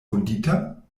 vundita